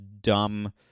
dumb